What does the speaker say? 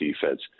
defense